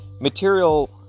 material